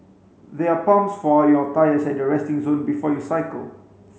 there are pumps for your tyres at the resting zone before you cycle